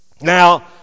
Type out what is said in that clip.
Now